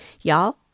Y'all